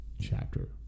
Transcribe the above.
chapter